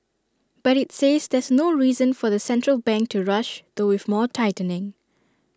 but IT says there's no reason for the central bank to rush though with more tightening